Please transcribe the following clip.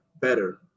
better